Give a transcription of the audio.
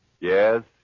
Yes